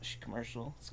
commercial